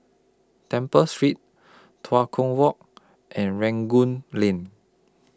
Temple Street Tua Kong Walk and Rangoon Lane